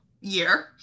year